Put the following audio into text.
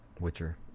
Witcher